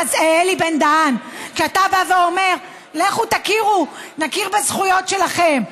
אלי בן-דהן, כשאתה בא ואומר: נכיר בזכויות שלהם,